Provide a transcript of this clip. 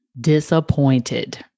Disappointed